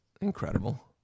Incredible